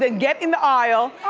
and get in the aisle.